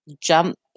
jump